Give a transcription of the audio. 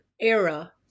era